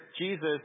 Jesus